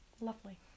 Lovely